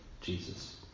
Jesus